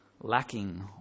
lacking